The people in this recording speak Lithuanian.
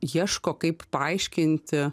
ieško kaip paaiškinti